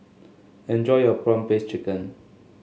enjoy your prawn paste chicken